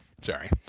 Sorry